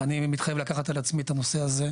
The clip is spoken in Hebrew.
ואני מתחייב לקחת על עצמי את הנושא הזה,